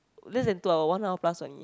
less than two hour one hour plus only